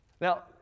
Now